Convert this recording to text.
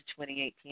2018